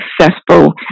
successful